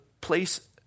place